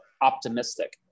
optimistic